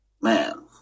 Man